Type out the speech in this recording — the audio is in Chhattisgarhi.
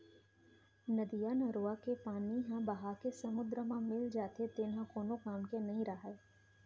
नदियाँ, नरूवा के पानी ह बोहाके समुद्दर म मिल जाथे तेन ह कोनो काम के नइ रहय